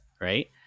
Right